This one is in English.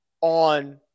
on